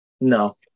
No